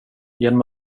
genom